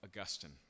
Augustine